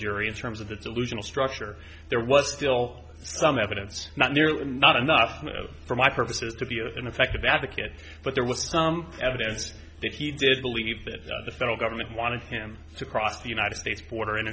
jury in terms of the delusional structure there was still some evidence not nearly not enough for my purposes to be an effective advocate but there was some evidence that he did believe that the federal government wanted him to cross the united states border